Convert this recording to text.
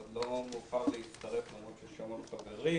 עוד לא מאוחר להצטרף, למרות שיש המון חברים.